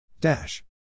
Dash